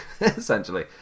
essentially